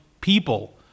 people